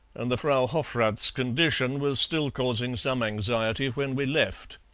and the frau hofrath's condition was still causing some anxiety when we left.